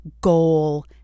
goal